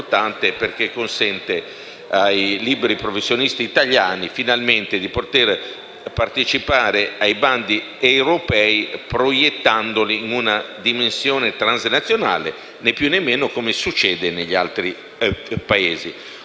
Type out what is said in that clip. perché consente ai liberi professionisti italiani di poter finalmente partecipare ai bandi europei, proiettandoli in una dimensione transnazionale, né più né meno di quanto succede negli altri Paesi.